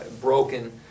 broken